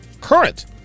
current